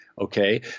okay